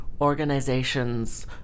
Organizations